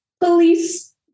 Police